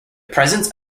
presence